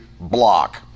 block